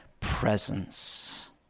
presence